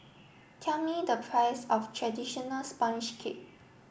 tell me the price of traditional sponge cake